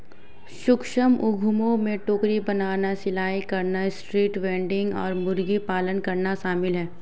सूक्ष्म उद्यमों में टोकरी बनाना, सिलाई करना, स्ट्रीट वेंडिंग और मुर्गी पालन करना शामिल है